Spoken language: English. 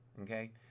Okay